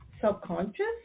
self-conscious